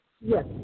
Yes